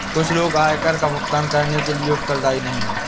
कुछ लोग आयकर का भुगतान करने के लिए उत्तरदायी नहीं हैं